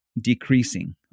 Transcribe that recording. decreasing